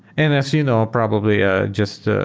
and as you know, probably ah just ah